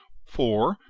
for,